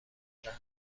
انجام